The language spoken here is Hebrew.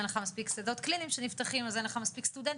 אין לך מספיק שדות קליניים שנפתחים אז אין לך מספיק סטודנטים,